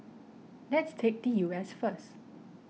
let's take the U S first